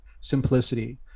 simplicity